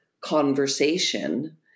conversation